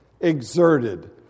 exerted